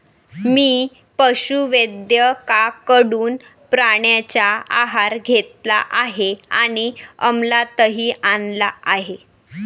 मी पशुवैद्यकाकडून प्राण्यांचा आहार घेतला आहे आणि अमलातही आणला आहे